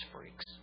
freaks